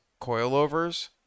coilovers